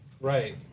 Right